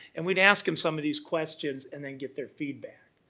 and we'd ask em some of these questions and then get their feedback.